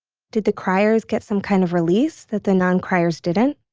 did the criers get some kind of release that the non-criers didn't?